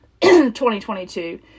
2022